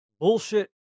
bullshit